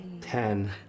Ten